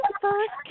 first